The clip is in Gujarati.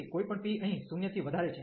તેથી કોઈપણ p અહીં 0 થી વધારે છે